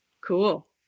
Cool